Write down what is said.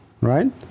Right